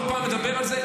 כל פעם אני מדבר על זה.